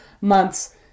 months